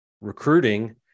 recruiting